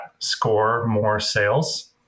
scoremoresales